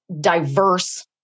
diverse